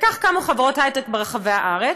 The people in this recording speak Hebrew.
וכך קמו חברות היי-טק ברחבי הארץ.